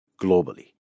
globally